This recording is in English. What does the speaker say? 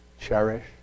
cherish